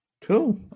Cool